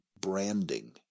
branding